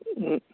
ꯎꯝ